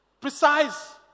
Precise